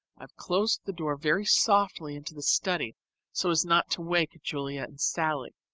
i've closed the door very softly into the study so as not to wake julia and sallie,